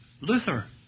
Luther